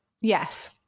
Yes